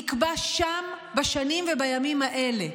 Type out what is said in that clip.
זה נקבע שם, בשנים ובימים האלה.